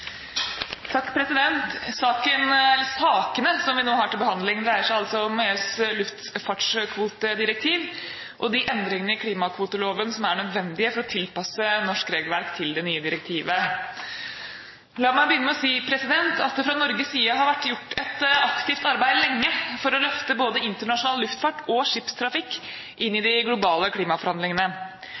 å tilpasse norsk regelverk til det nye direktivet. La meg begynne med å si at det fra Norges side har vært gjort et aktivt arbeid lenge for å løfte både internasjonal luftfart og skipstrafikk inn i de globale klimaforhandlingene.